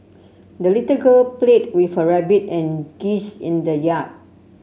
the little girl played with her rabbit and geese in the yard